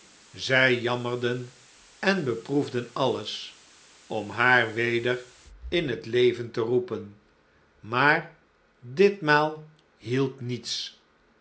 zij jammerden en beproefden alles om haar weder in het leven te roepen maar ditmaal hielp niets